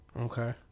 Okay